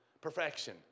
Perfection